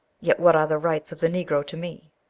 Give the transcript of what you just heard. yet, what are the rights of the negro to me?